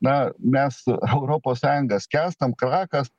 na mes europos sąjunga skęstam krakas